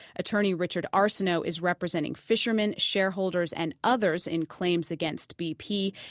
attorney richard arsenault is representing fishermen, shareholders and others in claims against bp.